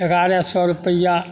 एगारह सओ रूपैआ